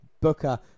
Booker